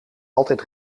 altijd